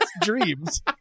dreams